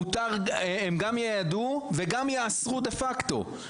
הם גם יידעו וגם יאסרו דה פקטו.